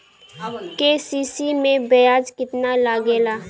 KCC में ब्याज कितना लागेला?